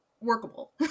workable